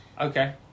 Okay